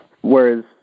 Whereas